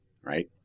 right